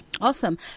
awesome